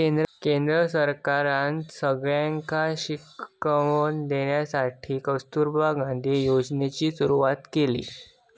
केंद्र सरकारना सगळ्यांका शिक्षण देवसाठी कस्तूरबा गांधी योजनेची सुरवात केली